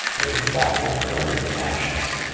and his back was burned to ashes.